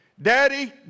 Daddy